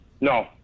No